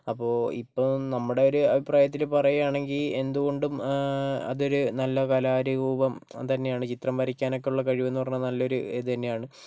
അപ്പോൾ ഇപ്പോൾ നമ്മുടെ ഒരു അഭിപ്രായത്തില് പറയുവാണെങ്കിൽ എന്തും കൊണ്ടും അതൊര് നല്ല കലാരൂപം തന്നെയാണ് ചിത്രം വരയ്ക്കാനൊക്കെ ഉള്ള കഴിവെന്ന് പറഞ്ഞാൽ നല്ലൊരു ഇത് തന്നെയാണ്